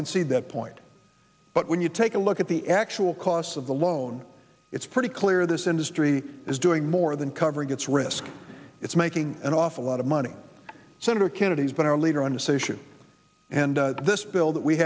concede that point but when you take a look at the actual costs of the loan it's pretty clear that industry is doing more than covering it's risk it's making an awful lot of money senator kennedy's been our leader on the say shoe and this bill that we